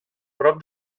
prop